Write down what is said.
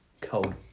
cold